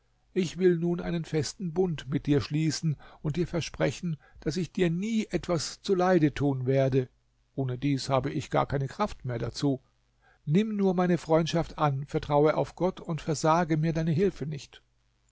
ich will nun einen festen bund mit dir schließen und dir versprechen daß ich dir nie etwas zuleide tun werde ohnedies habe ich gar keine kraft mehr dazu nimm nur meine freundschaft an vertraue auf gott und versage mir deine hilfe nicht